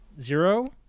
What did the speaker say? zero